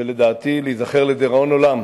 לדעתי הוא ייזכר לדיראון עולם